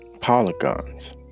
polygons